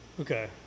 Okay